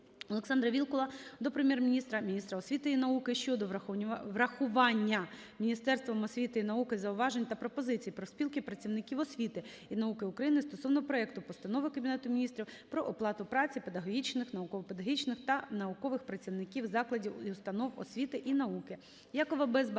Олександра Вілкула до Прем'єр-міністра, міністра освіти і науки щодо врахування Міністерством освіти і науки зауважень та пропозицій Профспілки працівників освіти і науки України стосовно проекту постанови Кабінету Міністрів "Про оплату праці педагогічних, науково-педагогічних та наукових працівників закладів і установ освіти і науки".